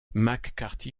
mccarthy